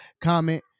comment